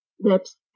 lips